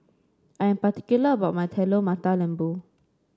I am particular about my Telur Mata Lembu